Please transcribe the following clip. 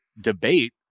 debate